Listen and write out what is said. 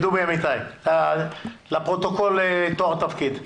דובי אמיתי, לפרוטוקול תואר תפקיד.